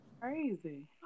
Crazy